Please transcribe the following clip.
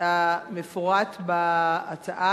המפורט בהצעה,